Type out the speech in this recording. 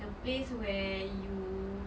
the place where you